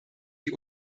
die